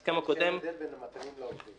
ההסכם הקודם --- אין הבדל בין המצבים לעובדים.